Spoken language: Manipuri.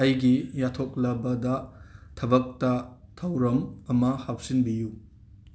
ꯑꯩꯒꯤ ꯌꯥꯊꯣꯛꯂꯕꯗ ꯊꯕꯛꯇ ꯊꯧꯔꯝ ꯑꯃ ꯍꯥꯞꯆꯤꯟꯕꯤꯌꯨ